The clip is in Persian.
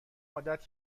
عادت